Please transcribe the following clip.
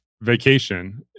vacation